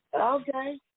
okay